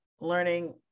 learning